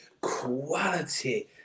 quality